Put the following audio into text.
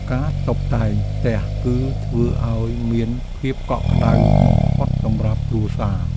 ការតុបតែងផ្ទះ គឺធ្វើឱ្យមានភាពកក់ក្ដៅបំផុតសម្រាប់គ្រួសារ។